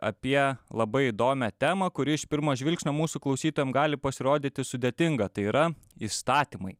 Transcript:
apie labai įdomią temą kuri iš pirmo žvilgsnio mūsų klausytojam gali pasirodyti sudėtinga tai yra įstatymai